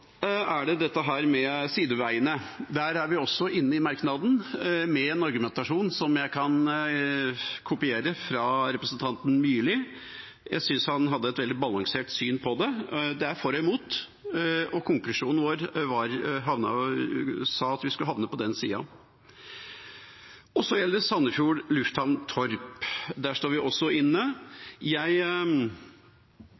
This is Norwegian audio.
er det dette med sideveiene. Der er vi også inne i merknaden med en argumentasjon som jeg kan kopiere fra representanten Myrli. Jeg syns han hadde et veldig balansert syn på det. Det er for og imot, og konklusjonen vår tilsa at vi skulle havne på den sida. Så gjelder det Sandefjord lufthavn Torp. Der står vi også inne.